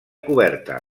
coberta